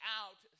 out